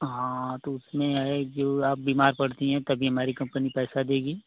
हाँ तो उसमें है जो आप बीमार पड़ती हैं तभी हमारी कम्पनी पैसा देगी